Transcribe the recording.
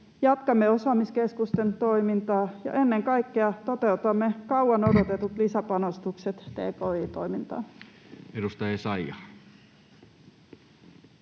jatkamme osaamiskeskusten toimintaa ja ennen kaikkea toteutamme kauan odotetut lisäpanostukset tki-toimintaan. [Speech